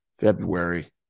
February